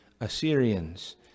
Assyrians